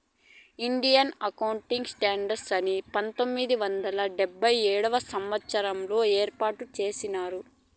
Indian accounting standards ని పంతొమ్మిది వందల డెబ్భై ఏడవ సంవచ్చరంలో ఏర్పాటు చేసినారు